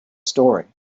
story